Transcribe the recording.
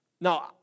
Now